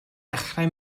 dechrau